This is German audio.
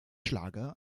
schlage